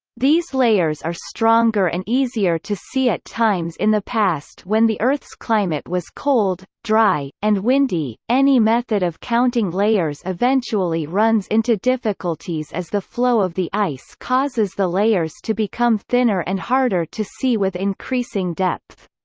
these layers are stronger and easier to see at times in the past when the earth's climate was cold, dry, and windy any method of counting layers eventually runs into difficulties as the flow of the ice causes the layers to become thinner and harder to see with increasing depth.